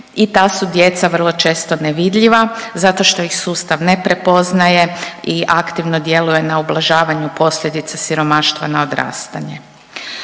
i ta su djeca vrlo često nevidljiva zato što ih sustav ne prepoznaje i aktivno djeluje na ublažavanje posljedica siromaštva na odrastanje.